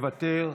מוותר,